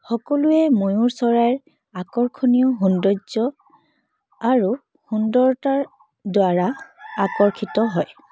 সকলোৱে ময়ুৰ চৰাইৰ আকৰ্ষণীয় সৌন্দৰ্য আৰু সুন্দৰতাৰ দ্বাৰা আকৰ্ষিত হয়